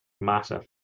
massive